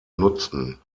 nutzen